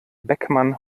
beckmann